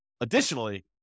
additionally